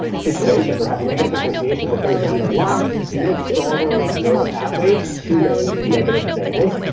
situations or have negative associations with things around our lives, we build stronger neural pathways to those negative things,